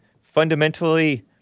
fundamentally